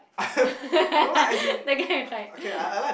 that guy tried